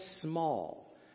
small